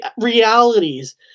realities